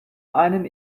einen